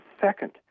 second